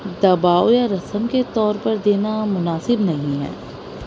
دباؤ یا رسم کے طور پر دینا مناسب نہیں ہے